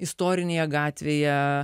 istorinėje gatvėje